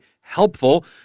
helpful